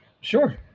Sure